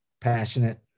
Passionate